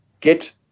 get